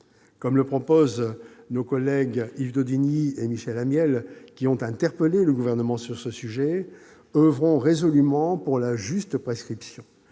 Comme le proposent nos collègues Yves Daudigny et Michel Amiel, qui ont interpellé le Gouvernement sur ce sujet, oeuvrons résolument pour la juste prescription.